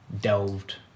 delved